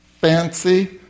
fancy